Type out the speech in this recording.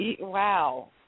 wow